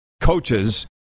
coaches